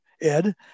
Ed